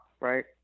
right